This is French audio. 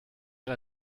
car